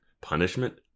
punishment